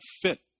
fit